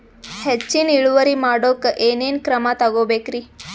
ಹೆಚ್ಚಿನ್ ಇಳುವರಿ ಮಾಡೋಕ್ ಏನ್ ಏನ್ ಕ್ರಮ ತೇಗೋಬೇಕ್ರಿ?